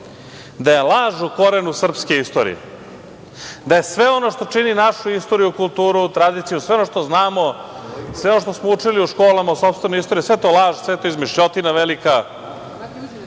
da je laž u korenu srpske istorije, da je sve ono što čini našu istoriju, kulturu i tradiciju, sve ono što znamo, sve ono što smo učili u školama o sopstvenoj istoriji, sve je to laž, sve je to izmišljotina velika,